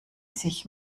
sich